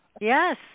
Yes